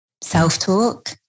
self-talk